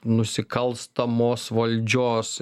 nusikalstamos valdžios